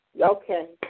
Okay